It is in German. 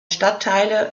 stadtteile